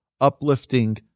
uplifting